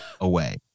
away